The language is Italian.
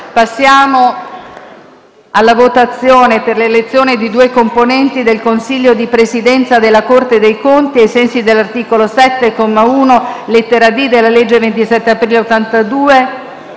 Passiamo alla votazione per l'elezione di due componenti del consiglio di presidenza della Corte dei conti, ai sensi dell'articolo 7, comma 1, lettera *d)*, della legge 27 aprile 1982,